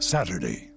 Saturday